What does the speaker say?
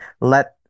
let